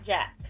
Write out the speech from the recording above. Jack